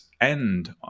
end